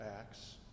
Acts